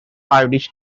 irish